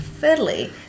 fiddly